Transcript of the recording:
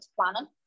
planning